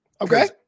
Okay